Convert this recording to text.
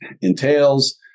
entails